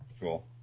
cool